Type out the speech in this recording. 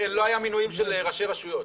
לא היו מינויים של ראשי רשויות.